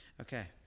Okay